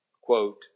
quote